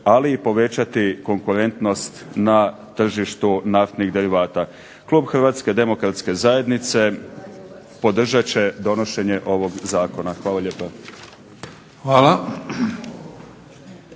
ali i povećati konkurentnost na tržištu naftnih derivata. Klub Hrvatske demokratske zajednice podržat će donošenje ovog Zakona. Hvala lijepa.